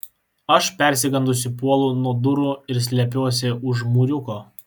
aš persigandusi puolu nuo durų ir slepiuos už mūriuko